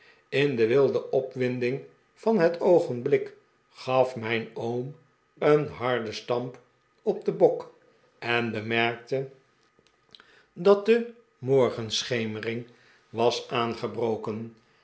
in de wilde op winding van het oogenblik gaf mijn oom een harden stamp op den bok en bemerkte dat de morgenschemering was aangebroken